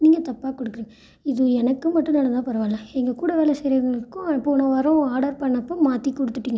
நீங்கள் தப்பாக குடுக்குறீங்க இது எனக்கு மட்டும் நடந்தால் பரவாயில்லை எங்கள் கூட வேலை செய்கிறவங்களுக்கும் போன வாரம் ஆடர் பண்ணப்போ மாற்றி கொடுத்துட்டீங்க